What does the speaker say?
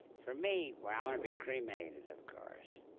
for me, well, i want to be cremated, of course.